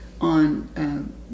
on